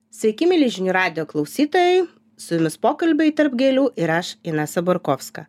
sveiki mieli žinių radijo klausytojai su jumis pokalbiai tarp gėlių ir aš inesa borkovska